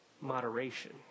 moderation